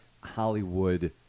Hollywood